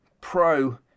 pro